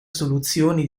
soluzioni